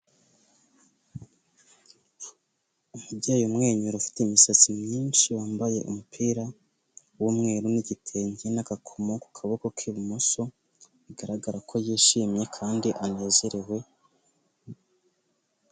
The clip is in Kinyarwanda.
Umubyeyi umwenyura ufite imisatsi myinshi, wambaye umupira w'umweru n'igitenge, n'agakomo ku kaboko k'ibumoso, bigaragara ko yishimye kandi anezerewe.